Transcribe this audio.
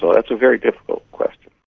but it's a very difficult question.